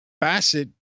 Bassett